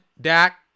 Dak